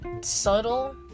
subtle